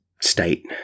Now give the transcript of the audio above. state